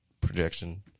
projection